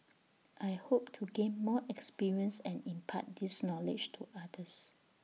I hope to gain more experience and impart this knowledge to others